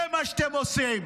זה מה שאתם עושים.